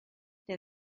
der